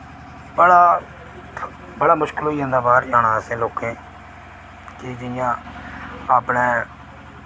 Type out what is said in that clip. बड़ा बड़ा मुश्कल होई जंदा बाह्र जाना असें लोकें कि जि'यां अपने